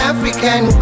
African